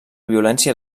violència